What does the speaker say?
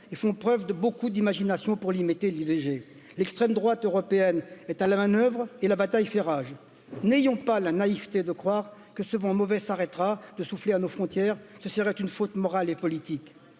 et font preuve de beaucoup d'imagination le dge trr me droite européenne est à la manœuvre et la bataille fait rage n'ayons pas de croire que ce vent mauvais s'arrêtera de souffler à nos frontières ce serait une faute morale et politique,